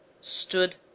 stood